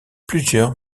plusieurs